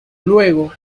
luego